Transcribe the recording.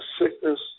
sickness